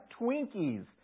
Twinkies